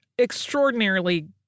extraordinarily